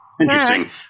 Interesting